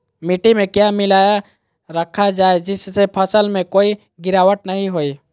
मिट्टी में क्या मिलाया रखा जाए जिससे फसल में कोई गिरावट नहीं होई?